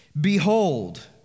Behold